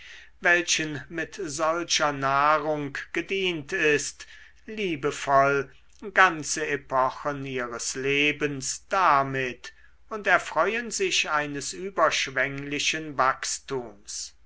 welchen mit solcher nahrung gedient ist liebevoll ganze epochen ihres lebens damit und erfreuen sich eines überschwenglichen wachstums